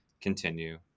continue